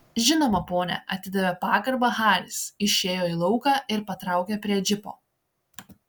žinoma pone atidavė pagarbą haris išėjo į lauką ir patraukė prie džipo